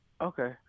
Okay